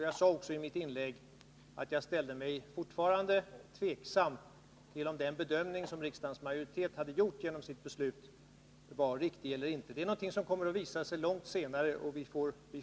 Jag sade också i mitt inlägg att jag fortfarande ställde mig tveksam till om den bedömning som riksdagens majoritet hade gjort genom sitt beslut var riktig eller inte. Det är något som kommer att visa sig först efter lång tid.